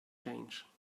change